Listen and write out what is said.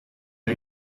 era